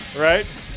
Right